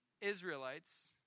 Israelites